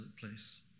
place